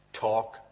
talk